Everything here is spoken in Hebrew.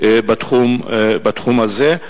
בתחום הזה,